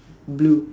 blue